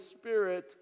Spirit